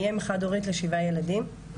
אני אם חד-הורית לשבעה ילדים,